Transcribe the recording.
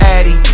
Addy